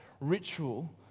ritual